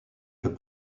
peut